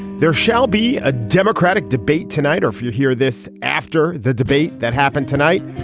there shall be a democratic debate tonight or if you hear this after the debate that happened tonight.